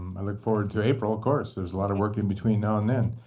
i look forward to april, of course. there is a lot of work in between now and then.